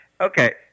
Okay